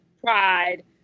Pride